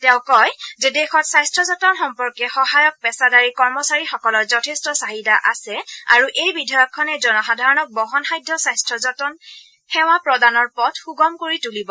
তেওঁ কয় যে দেশত স্বাস্থ্য যতন সম্পৰ্কে সহায়ক পেচাদাৰী কৰ্মচাৰীসকলৰ যথেষ্ট চাহিদা আছে আৰু এই বিধেয়কখনে জনসাধাৰণক বহনসাধ্য স্বাস্থ্য যতন সেৱা প্ৰদানৰ পথ সূগম কৰি তুলিব